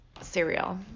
cereal